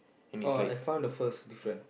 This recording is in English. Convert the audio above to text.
oh I found the first difference